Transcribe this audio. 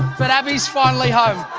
but abii is finally home.